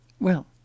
Well